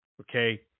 okay